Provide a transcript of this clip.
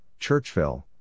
Churchville